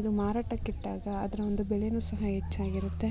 ಇದು ಮಾರಾಟಕ್ಕಿಟ್ಟಾಗ ಅದರ ಒಂದು ಬೆಲೆಯು ಸಹ ಹೆಚ್ಚಾಗಿರುತ್ತೆ